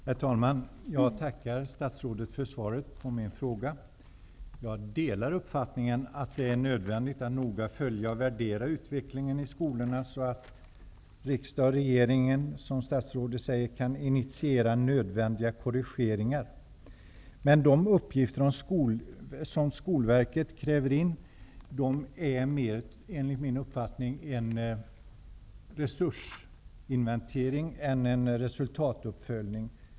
Herr talman! Jag tackar statsrådet för svaret på min fråga. Jag delar uppfattningen att det är nödvändigt att noga följa och värdera utvecklingen i skolorna, så att riksdag och regering, som statsrådet säger, kan initiera nödvändiga korrigeringar. Men de uppgifter som Skolverket kräver in är, enligt min uppfattning, mer en resursinventering än en resultatuppföljning.